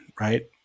right